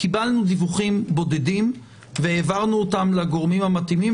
קיבלנו דיווחים בודדים והעברנו אותם לגורמים המתאימים.